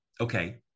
okay